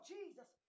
Jesus